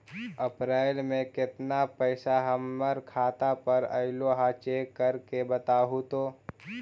अप्रैल में केतना पैसा हमर खाता पर अएलो है चेक कर के बताहू तो?